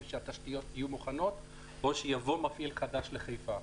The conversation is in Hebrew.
שהתשתיות יהיו מוכנות או שיבוא מפעיל חדש לחיפה.